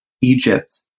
Egypt